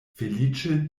feliĉe